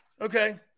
Okay